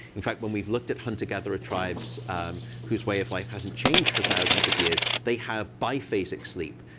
in fact, when we've looked at hunter-gatherer tribes whose way of life hasn't changed for thousands of years, they have biphasic sleep.